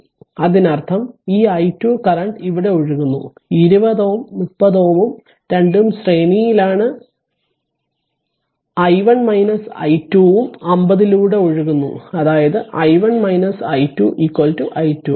ഞാൻ ഇത് മായ്ക്കട്ടെ അതിനർത്ഥം ഈ i2 കറന്റ് ഇവിടെ ഒഴുകുന്നു 20 ohm ഉം 30 ohm ഉം രണ്ടും ശ്രേണിയിലാണ് i1 i2 ഉം 50 ലൂടെ ഒഴുകുന്നു അതായത് i1 i2 i2